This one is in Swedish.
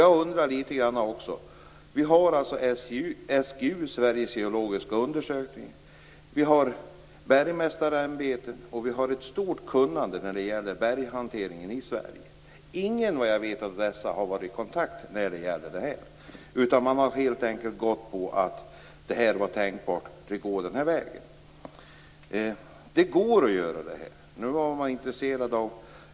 Jag undrar också över en annan sak: I Sverige har vi alltså SGU, Sveriges geologiska undersökning, Bergmästarämbetet och ett stort kunnande om berghantering. Vad jag vet har ingen kontaktat SGU eller Bergmästarämbetet i det här ärendet, utan man har helt enkelt gått på uppgifterna att det var möjligt att göra på det här sättet.